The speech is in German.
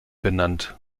benannt